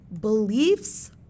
beliefs